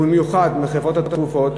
ובמיוחד מחברות התרופות,